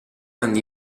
anni